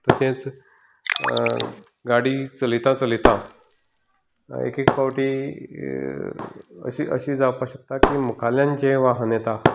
तशेंच गाडी चलयता चलयता एक एक पावटी अशें अशें जावपाक शकता की मुखावयल्यान जें वाहन येता